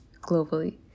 globally